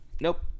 Nope